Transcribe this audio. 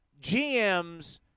GMs